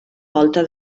volta